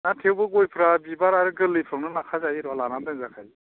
दा थेवबो गयफ्रा बिबार आरो गोरलैफ्रावनो लाखा जायो र' लाना दोनजाखायो